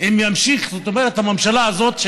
שאם תמשיך הממשלה הזאת,